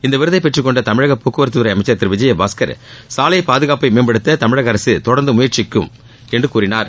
இவ்விருதை பெற்றுக் கொண்ட தமிழக போக்குவரத்து துறை அமைச்சர் திரு விஜயபாஸ்கர் சாலை பாதுகாப்பை மேம்படுத்த தமிழக அரசு தொடர்ந்து முயற்சி எடுக்கும் என்று கூறினார்